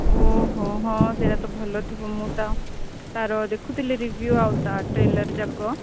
ଓହୋ ହଁ ସେଇଟା ତ ଭଲ ଥିବ ମୁଁ ତ ତା'ର ଦେଖୁଥିଲି ରିଭ୍ୟୁ ଆଉଟ୍ଟା ଟ୍ରେଲର୍ ଯାକ